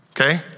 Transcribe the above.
okay